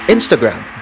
Instagram